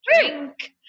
Drink